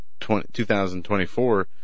2024